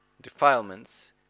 defilements